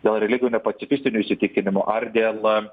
dėl religinių pacifistinių įsitikinimų ar dėl